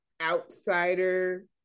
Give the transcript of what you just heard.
outsider